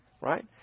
right